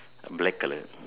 black colour